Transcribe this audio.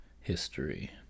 history